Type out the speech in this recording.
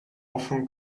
often